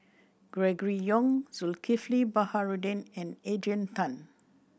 Gregory Yong Zulkifli Baharudin and Adrian Tan